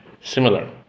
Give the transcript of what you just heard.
Similar